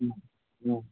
ꯎꯝ ꯎꯝ